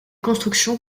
construction